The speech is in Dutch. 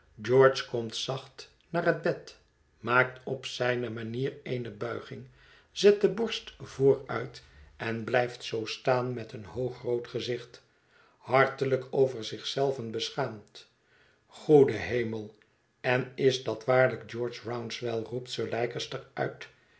george komt zacht naar het bed maakt op zijne manier eene buiging zet de borst vooruit en blijft zoo staan met een hoogrood gezicht hartelijk over zich zelven beschaamd goede hemel en is dat waarlijk george rouncewell roept sir leicester uit